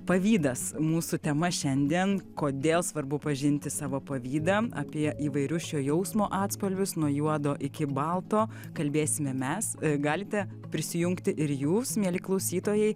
pavydas mūsų tema šiandien kodėl svarbu pažinti savo pavydą apie įvairius šio jausmo atspalvius nuo juodo iki balto kalbėsime mes galite prisijungti ir jūs mieli klausytojai